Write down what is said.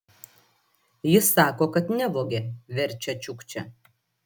jis sako kad nevogė verčia čiukčia